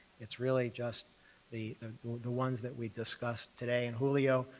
it's really just the the ones that we discussed today, and julio,